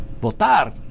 votar